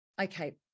okay